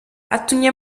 atumye